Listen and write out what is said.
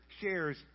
shares